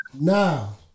Now